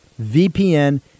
VPN